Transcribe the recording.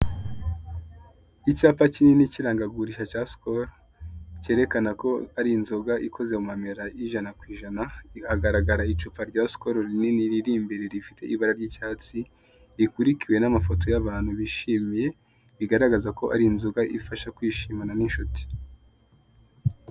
Icyapa kinini cy'irangagurisha cya SKOL cyerekana ko ari inzoga ikoze mu mamera y'ijana ku ijana, hagaragara icupa rya SKOL rinini riri imbere rifite ibara ry'icyatsi rikurikiwe n'amafoto y'abantu bishimye bigaragaza ko ari inzoga ifasha kwishimana n'inshuti.